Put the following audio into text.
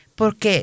Porque